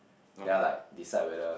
then I like decide whether